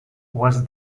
was